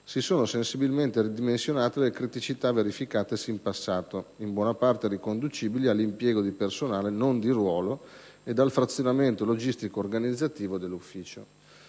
si sono sensibilmente ridimensionate le criticità verificatesi in passato, in buona parte riconducibili all'impiego di personale non di ruolo ed al frazionamento logistico-organizzativo dell'ufficio.